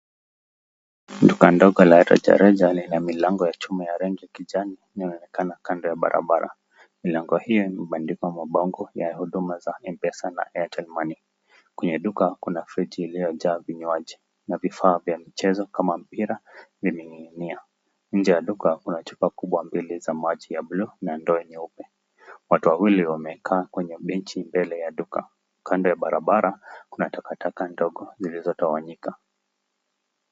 Duka ndogo la rejareja lina milango ya chuma ya rangi ya kijani na limeonekana kando ya barabara. Milango hiyo imebandikwa mabango ya huduma za M-Pesa na Airtel Money . Kwenye duka kuna friji iliyojaa vinywaji na vifaa vya michezo kama mpira, vimeninginia. Nje ya duka kuna chupa kubwa mbili za maji ya Blue na ndoo nyeupe. Watu wawili wamekaa kwenye benchi mbele ya duka. Kando ya barabara kuna takataka ndogo zilizotawanyika.